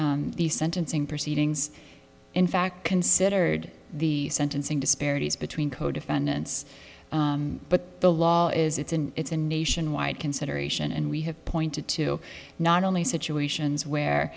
out the sentencing proceedings in fact considered the sentencing disparities between co defendants but the law is it's an it's a nationwide consideration and we have pointed to not only situations where